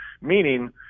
meaning